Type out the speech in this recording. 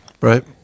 Right